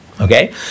Okay